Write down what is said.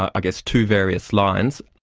i guess, two various lines.